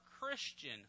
Christian